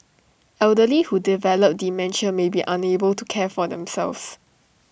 elderly who develop dementia may be unable to care for themselves